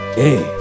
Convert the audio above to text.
hey